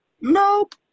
Nope